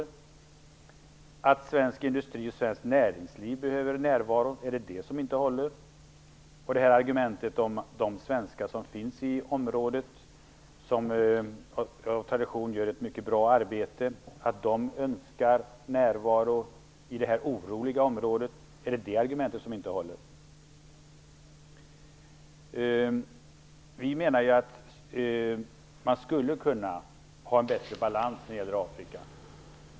Är det motivet att svensk industri och svenskt näringsliv behöver närvaro som inte håller? Är det argumentet att de svenskar som finns i området och som av tradition gör ett mycket bra arbete önskar närvaro i detta oroliga område som inte håller? Vi menar att man skulle kunna ha en bättre balans i representationen i Afrika.